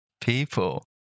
people